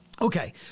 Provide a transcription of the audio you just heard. Okay